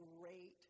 great